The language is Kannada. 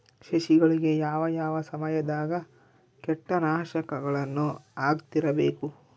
ಸಸಿಗಳಿಗೆ ಯಾವ ಯಾವ ಸಮಯದಾಗ ಕೇಟನಾಶಕಗಳನ್ನು ಹಾಕ್ತಿರಬೇಕು?